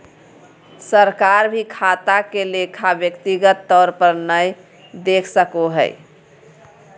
सरकार भी खाता के लेखा व्यक्तिगत तौर पर नय देख सको हय